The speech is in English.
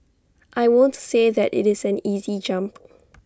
I won't say that IT is an easy jump